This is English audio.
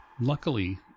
Luckily